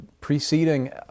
preceding